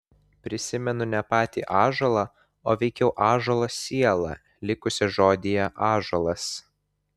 prisimenu ne patį ąžuolą o veikiau ąžuolo sielą likusią žodyje ąžuolas